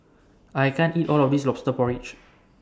I can't eat All of This Lobster Porridge